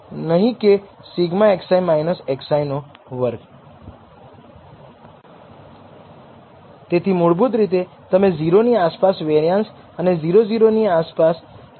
અંશનું degrees of freedom 1 છે છેદનું degrees of freedom n 2 છે